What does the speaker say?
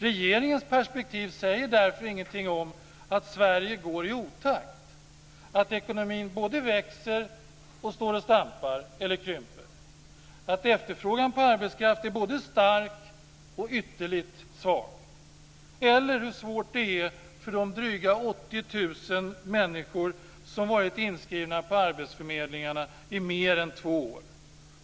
Regeringens perspektiv säger därför ingenting om att Sverige går i otakt, om att ekonomin både växer och står och stampar eller krymper eller om att efterfrågan på arbetskraft är både stark och ytterligt svag. Det säger inte heller någonting om hur svårt det är för de drygt 80 000 människor som varit inskrivna på arbetsförmedlingarna i mer än två år.